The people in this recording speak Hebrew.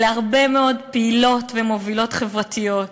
להרבה מאוד פעילות ומובילות חברתיות.